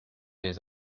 des